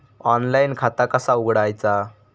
Online खाता कसा उघडायचा?